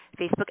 Facebook